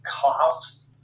coughs